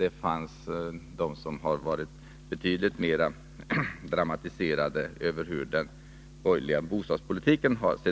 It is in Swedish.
Det fanns de som var betydligt mer dramatiserade när det gällde den borgerliga bostadspolitikens utseende.